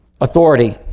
authority